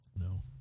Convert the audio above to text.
No